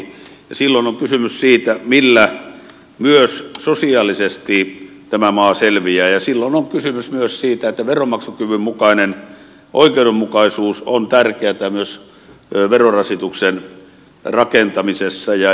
silloin on kysymys siitä millä myös sosiaalisesti tämä maa selviää ja silloin on kysymys myös siitä että veronmaksukyvyn mukainen oikeudenmukaisuus on tärkeätä myös verorasituksen rakentamisessa ja jakamisessa